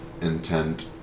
intent